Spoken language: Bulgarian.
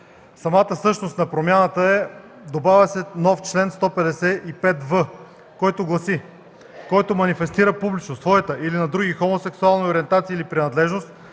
Самата същност на промяната е: добавя се нов чл.155в, който гласи: „Който манифестира публично своята или на други хомосексуална ориентация или принадлежност